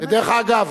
והם עזבו.